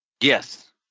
Yes